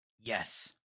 Yes